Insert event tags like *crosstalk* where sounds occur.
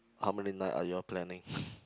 how many night are you all planning *laughs*